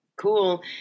Cool